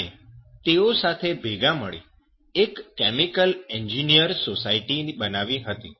અને તેઓ સાથે ભેગા મળી એક કેમિકલ એન્જિનિયર સોસાયટી બનાવી હતી